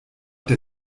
der